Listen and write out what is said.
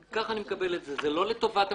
וככה אני מקבל את זה, זה לא לטובת המדריכים,